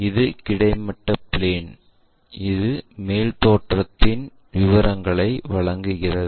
இது கிடைமட்ட பிளேன் இது மேல் தோற்றத்தின் விவரங்களை வழங்குகிறது